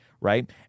right